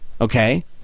Okay